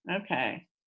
okay